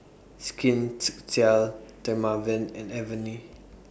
Skin Dermaveen and Avene